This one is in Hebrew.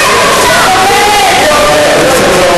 יא בוגדת.